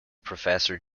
professor